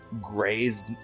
grays